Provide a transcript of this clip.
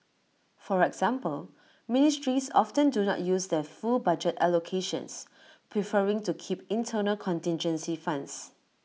for example ministries often do not use their full budget allocations preferring to keep internal contingency funds